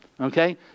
okay